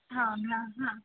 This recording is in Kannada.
ಹಾಂ ಹಾಂ ಹಾಂ